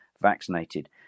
vaccinated